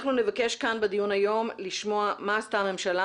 אנחנו נבקש כאן בדיון היום לשמוע מה עשתה הממשלה